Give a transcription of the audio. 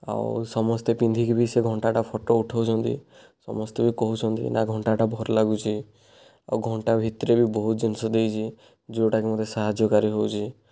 ଆଉ ସମସ୍ତେ ପିନ୍ଧିକି ଭି ସେ ଘଣ୍ଟାଟା ଫୋଟୋ ଉଠଉଛନ୍ତି ସମସ୍ତେ ଭି କହୁଛନ୍ତି ନା ଘଣ୍ଟାଟା ଭଲ ଲାଗୁଛି ଆଉ ଘଣ୍ଟା ଭିତରେ ଭି ବହୁତ ଜିନିଷ ଦେଇଛି ଯେଉଁଟା କି ମୋତେ ସାହାଯ୍ୟକାରୀ ହେଉଛି